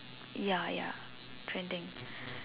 ya ya trending